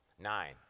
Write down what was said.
Nine